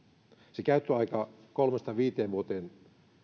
sitä käyttöaikaa kolmesta viiteen vuoteen